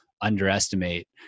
underestimate